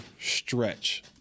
stretch